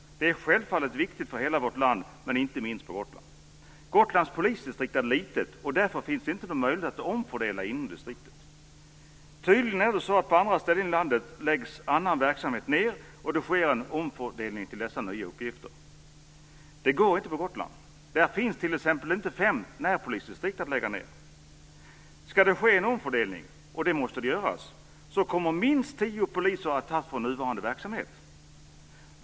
Den är självfallet viktig för hela vårt land, men inte minst på Gotlands polisdistrikt är litet, och därför finns det inte någon möjlighet att omfördela inom distriktet. På andra ställen i landet läggs tydligen andra verksamheter ned, och det sker en omfördelning av resurser till dessa nya uppgifter. Det går inte att göra på Gotland. Där finns t.ex. inte fem närpolisdistrikt att lägga ned. Om en omfördelning ska ske - och det måste det göra - så kommer minst tio poliser att tas från nuvarande verksamhet.